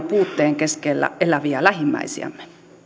puutteen keskellä eläviä lähimmäisiämme